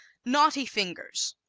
knotty fingers